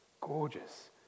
gorgeous